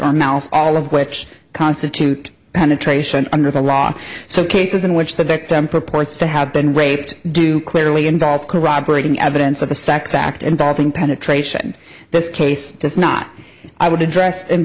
or mouth all of which constitute penetration under the law so cases in which the victim purports to have been raped do clearly involve corroborating evidence of a sex act involving penetration this case does not i would address in